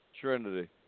Trinity